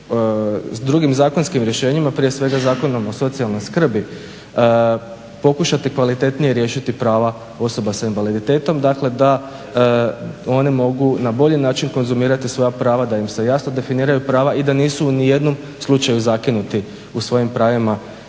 drugim zakonskim rješenjima, prije svega Zakonom o socijalnoj skrbi pokušati kvalitetnije riješiti prava osoba s invaliditetom dakle da one mogu na bolji način konzumirati svoja prava, da im se jasno definiraju prava i da nisu u nijednom slučaju zakinuti u svojim pravima